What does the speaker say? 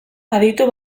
aditu